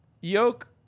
Yoke